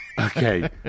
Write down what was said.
Okay